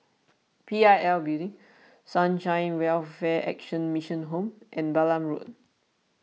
P I L Building Sunshine Welfare Action Mission Home and Balam Road